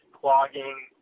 clogging